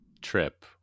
trip